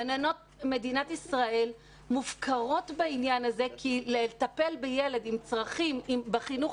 גננות מדינת ישראל מופקרות בעניין הזה כי לטפל בילד עם צרכים בחינוך